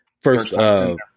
first